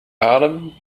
adem